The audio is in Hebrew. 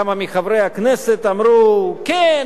כמה מחברי הכנסת אמרו: כן,